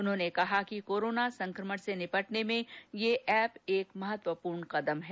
उन्होंने कहा कि कोरोना संक्रमण से निपटने में यह एप एक महत्वपूर्ण कदम है